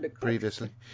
previously